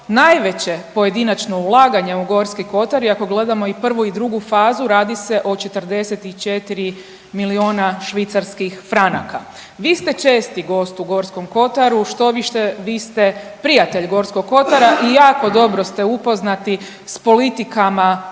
najveće pojedinačno ulaganje u Gorski kotar i ako gledamo i prvu i drugu fazu radi se o 44 milijuna švicarskih franaka. Vi ste česti gost u Gorskom kotaru, štoviše vi ste prijatelj Gorskog kotara i jako dobro ste upoznati s politikama Vlade